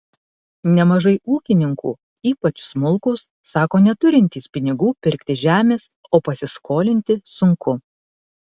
nemažai ūkininkų ypač smulkūs sako neturintys pinigų pirkti žemės o pasiskolinti sunku